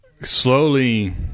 Slowly